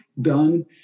done